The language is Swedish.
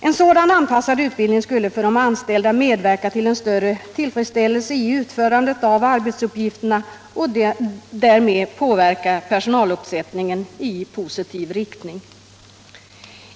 En sådan anpassad utbildning skulle för de anställda medverka till en större tillfredsställelse i utförandet av arbetsuppgifterna och därmed påverka personalomsättningen i positiv riktning.